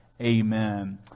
Amen